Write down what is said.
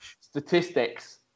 Statistics